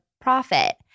profit